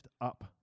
up